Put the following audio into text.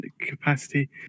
capacity